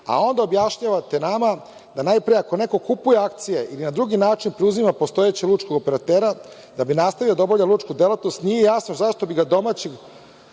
a onda objašnjavate nama da najpre ako neko kupuje akcije ili na drugi način preuzima postojećeg lučkog operatera, da bi nastavio da obavlja lučku delatnost, nije jasno zašto bi od domaćeg